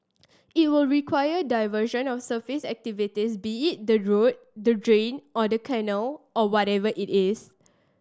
it will require diversion of surface activities be it the road the drain or the canal or whatever it is